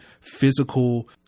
physical